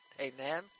amen